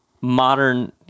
modern